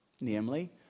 namely